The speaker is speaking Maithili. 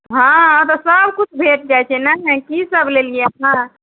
हँ तऽ सबकिछु भेट जाइ छै नहि की सब लेलिये अहाँ